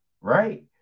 right